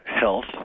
health